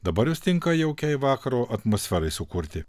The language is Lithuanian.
dabar jos tinka jaukiai vakaro atmosferai sukurti